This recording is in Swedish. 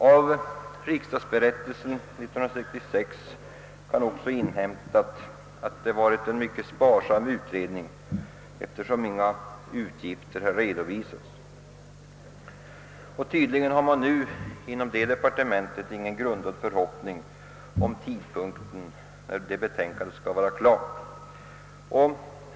Av riksdagsberättelsen 1966 kan också inhämtas att det varit en mycket sparsam utredning, eftersom inga utgifter har redovisats för den. Tydligen har man nu inom vederbörande departement ingen grundad förhoppning om tidpunkten, när betänkandet skall vara klart.